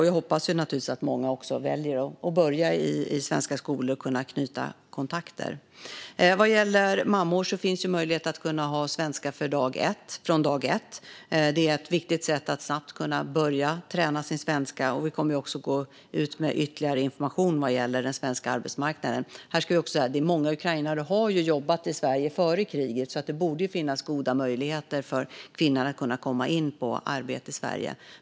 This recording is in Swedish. Jag hoppas att många väljer att börja i svensk skola för att kunna knyta kontakter. Mammorna kan få svenskundervisning från dag ett. Det är ett viktigt sätt att snabbt börja träna på sin svenska. Vi kommer också att gå ut med ytterligare information om den svenska arbetsmarknaden. Många ukrainare har tidigare jobbat i Sverige, så det borde finnas goda möjligheter för dessa kvinnor att komma i arbete i Sverige.